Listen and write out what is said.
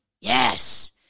Yes